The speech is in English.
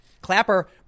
Clapper